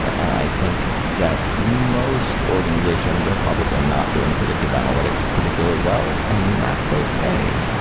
and i think that most organizations are probably not doing predictive analytics particularly well, and that's okay.